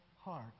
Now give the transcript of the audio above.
heart